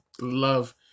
love